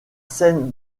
scène